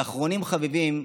ואחרונים חביבים,